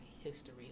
history